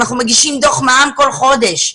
אנחנו מגישים דוח מע"מ כל חודש,